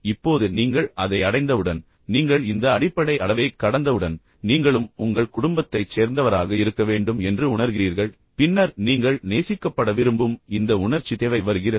இப்போது நீங்கள் அதை அடைந்தவுடன் நீங்கள் இந்த அடிப்படை அளவைக் கடந்தவுடன் நீங்களும் உங்கள் குடும்பத்தைச் சேர்ந்தவராக இருக்க வேண்டும் என்று உணர்கிறீர்கள் பின்னர் நீங்கள் நேசிக்கப்பட விரும்பும் இந்த உணர்ச்சி தேவை வருகிறது